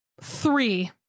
three